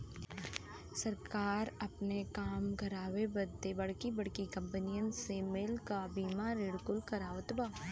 सरकार आपनो काम करावे बदे बड़की बड़्की कंपनीअन से मिल क बीमा ऋण कुल करवावत बा